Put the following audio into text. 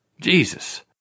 Jesus